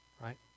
right